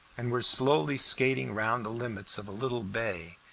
and were slowly skating round the limits of a little bay,